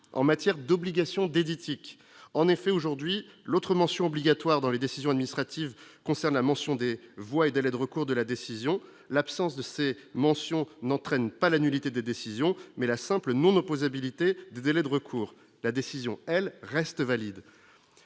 en matière d'obligation d'Editis qu'en effet aujourd'hui l'autre mention obligatoire dans les décisions administratives concernant la mention des voix et délais de recours de la décision, l'absence de C. mention n'entraîne pas la nullité des décisions mais la simple non oppose habilité des délais de recours, la décision, elle reste valide.